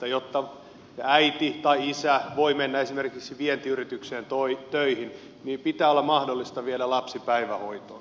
jotta äiti tai isä voi mennä esimerkiksi vientiyritykseen töihin niin pitää olla mahdollista viedä lapsi päivähoitoon